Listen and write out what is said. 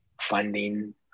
funding